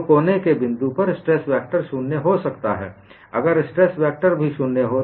तो कोने के बिंदु पर स्ट्रेस वेक्टर शून्य हो सकता है अगर स्ट्रेस टेंसर भी शून्य हो